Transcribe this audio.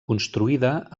construïda